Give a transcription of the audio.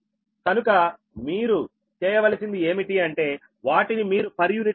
కనుక మీరు చేయవలసింది ఏమిటి అంటే వాటిని మీరు పర్ యూనిట్ లో కనుగొనాలి